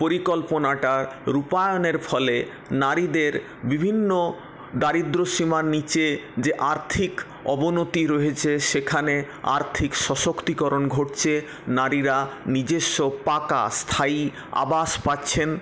পরিকল্পনাটা রূপায়ণের ফলে নারীদের বিভিন্ন দারিদ্র্যসীমার নিচে যে আর্থিক অবনতি রয়েছে সেখানে আর্থিক সশক্তিকরণ ঘটছে নারীরা নিজস্ব পাকা স্থায়ী আবাস পাচ্ছেন